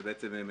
ובעצם,